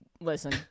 listen